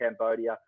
Cambodia